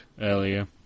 earlier